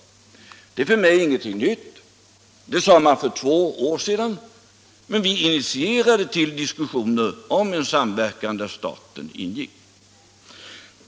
Detta är för mig ingenting nytt — detsamma sade man för två år sedan — men vi initierade diskussioner om en samverkan där staten ingick.